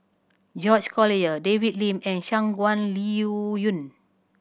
George Collyer David Lim and Shangguan Liuyun